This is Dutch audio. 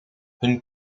hun